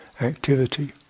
activity